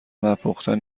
نپختن